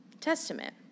Testament